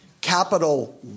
Capital